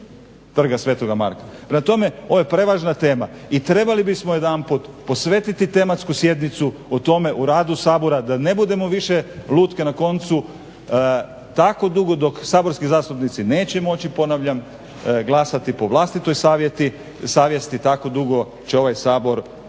trga Sv. Marka. Prema tome, ovo je prevažna tema i trebali bismo jedanput posvetiti tematsku sjednicu o tome, o radu Sabora da ne budemo više lutke na koncu tako dugo dok saborski zastupnici neće moći, ponavljam glasati po vlastitoj savjesti tako dugo će ovaj Sabor izvršavati